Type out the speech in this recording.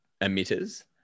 emitters